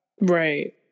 Right